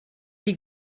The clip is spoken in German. die